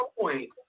point